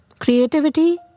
Creativity